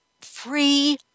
free